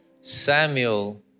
samuel